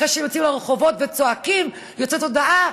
אחרי שיוצאים לרחובות וצועקים, יוצאת הודעה: